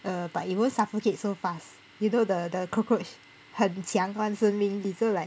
err but it won't suffocate so fast you know the the cockroach 很强 [one] 生命力 so like